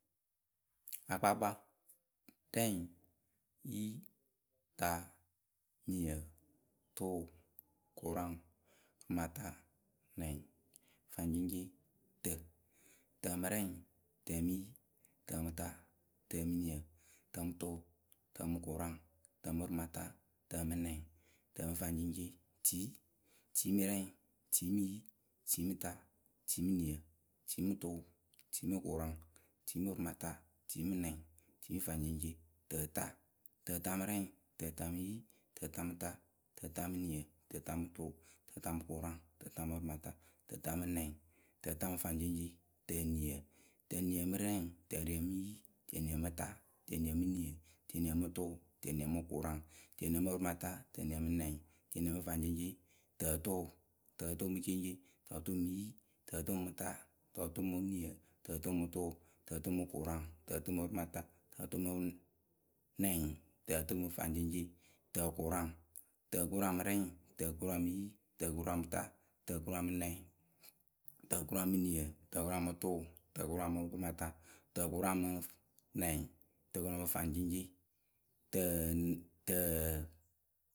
Akpaakpa, rɛŋ, yi, ta, niǝ, tʊʊ, kʊraŋ, prǝrɩmata, nɛŋ, faŋceŋceŋ, tǝ, tǝ mǝ rɛŋ, tǝ mɨ yi, tǝ mɨ ta, tǝ mɨ niǝ, tǝ mɨ tʊʊ, tǝ mɨ kʊraŋ, tǝ mɨ pǝrɩmata. tǝ mɨ nɛŋ, tǝ mɨ faŋceŋceŋ, tiyi. tiyi mɨ rɛŋ, tiyi mɨ yi, tiyi mɨta, tiyi mɨ niǝ, tiyi mɨ tʊʊ, tiyi mɨ kʊraŋ, tiyi mɨ pǝrɩmata, tiyi mɨ nɛŋ, tiyi mɨ faŋceŋceŋ, tǝta, tǝta mɨ rɛŋ, tǝta mɨ yi, tǝta mɨ ta, tǝta mɨ niǝ, tǝta mɨ tʊʊ, tǝta mɨ kʊraŋ, tǝta mɨ kʊraŋ, tǝta mɨ pǝrɩmata, tǝta mɨ nɛŋ, tǝta mɨ faŋceŋceŋ, tǝniǝ, tǝniǝ mɨ rɛŋ, tǝniǝ mɨ yi, tǝniǝ mɨ ta tǝniǝ mɨ niǝ, tǝniǝ mɨ tʊʊ, tǝniǝ mɨ kʊraŋ, tǝniǝ mɨ pǝrɩmata, t:qniǝ mɨ nɛŋ, tǝniǝ mɨ faŋceŋceŋ, tǝtʊʊ, tǝtʊʊ mɨ ceŋceŋ, tǝtʊʊ mɨ yi, tǝtʊʊ mɨ ta, tǝtʊʊ mɨ niǝ, tǝtʊʊ mɨ tʊʊ, tǝtʊʊ mɨ kʊraŋ, tǝtʊʊ mɨ pǝrɩmata, tǝtʊʊ mɨ. nɛŋ, tǝtʊʊ mɨ faŋceŋceŋ, tǝkʊraŋ, tǝkʊraŋ mɨ rɛŋ, tǝkʊraŋ mɨ yi, tǝkʊraŋ mɨ ta, tǝkʊraŋ mɨ nɛŋ, tǝkʊraŋ mɨ niǝ, tǝkʊraŋ mɨ tʊʊ, tǝkʊraŋ mɨ pǝrɩmata, tǝkʊraŋ mɨ, nɛŋ, tǝkʊraŋ mɨ faŋceŋceŋ, tǝ-tǝ, tǝnɛŋ